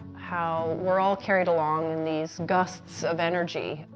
how we're all carried along in these gusts of energy,